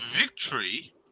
victory